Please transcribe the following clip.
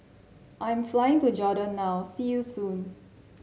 I'm flying to Jordan now see you soon